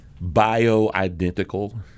bio-identical